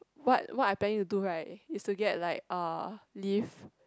what what I planning to do right is to get like uh leave